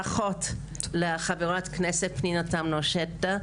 ברכות לחברת הכנסת פנינה תמנו-שטה,